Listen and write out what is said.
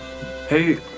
Hey